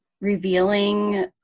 revealing